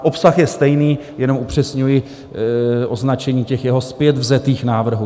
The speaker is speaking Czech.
Obsah je stejný, jenom upřesňuji označení těch jeho zpětvzatých návrhů.